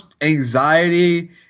anxiety